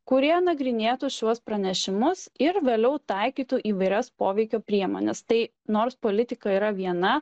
kurie nagrinėtų šiuos pranešimus ir vėliau taikytų įvairias poveikio priemones tai nors politika yra viena